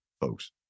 folks